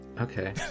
Okay